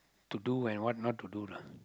to do and what not to do lah